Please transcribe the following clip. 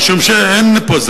משום שאין פה,